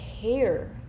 care